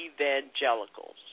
evangelicals